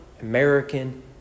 American